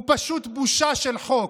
הוא פשוט בושה של חוק.